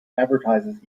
advertises